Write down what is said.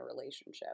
relationship